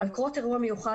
על קרות אירוע מיוחד,